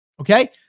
okay